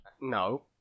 No